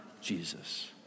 Jesus